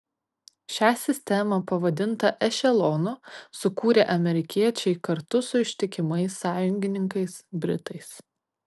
šią sistemą pavadintą ešelonu sukūrė amerikiečiai kartu su ištikimais sąjungininkais britais